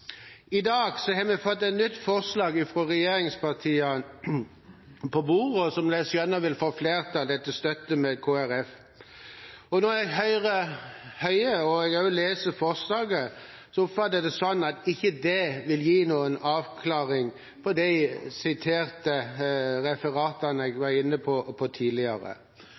I dag har vi fått et nytt forslag fra regjeringspartiene på bordet, som etter det jeg skjønner, vil få flertall etter støtte fra Kristelig Folkeparti. Når jeg hører Høie og også leser forslaget, oppfatter jeg det sånn at det ikke vil gi noen avklaring på det jeg refererte tidligere.